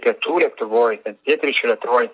pietų lietuvoj pietryčių lietuvoj